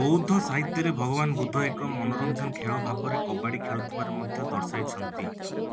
ବୌଦ୍ଧ ସାହିତ୍ୟରେ ଭଗବାନ ବୁଦ୍ଧ ଏକ ମନୋରଞ୍ଜନ ଖେଳ ଭାବରେ କବାଡ଼ି ଖେଳୁଥିବାର ମଧ୍ୟ ଦର୍ଶାଇଛନ୍ତି